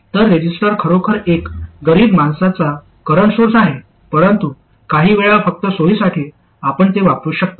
तर रेझिस्टर खरोखर एक गरीब माणसाचा करंट सोर्स आहे परंतु काहीवेळा फक्त सोयीसाठी आपण ते वापरू शकता